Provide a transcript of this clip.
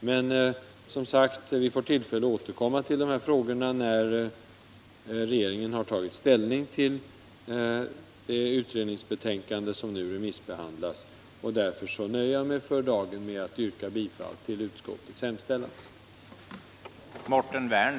Men vi får, som sagt, tillfälle att återkomma till dessa frågor när regeringen har tagit ställning till det utredningsbetänkande som nu remissbehandlas. Därför nöjer jag mig för dagen med att yrka bifall till utskottets hemställan.